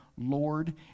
Lord